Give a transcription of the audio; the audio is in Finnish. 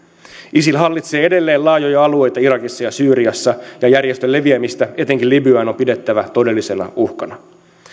isil hallitsee edelleen laajoja alueita irakissa ja syyriassa ja järjestön leviämistä etenkin libyaan on pidettävä todellisena uhkana